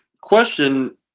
question